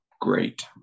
great